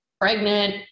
Pregnant